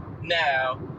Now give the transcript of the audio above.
now